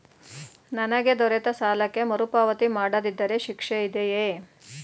ನನಗೆ ದೊರೆತ ಸಾಲಕ್ಕೆ ಮರುಪಾವತಿ ಮಾಡದಿದ್ದರೆ ಶಿಕ್ಷೆ ಇದೆಯೇ?